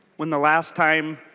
when the last time